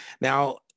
Now